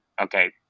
okay